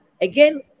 again